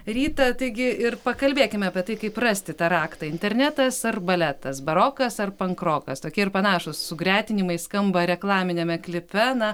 rytą taigi ir pakalbėkime apie tai kaip rasti tą raktą internetas ar baletas barokas ar pankrokas tokie ir panašūs sugretinimai skamba reklaminiame klipe na